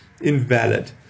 invalid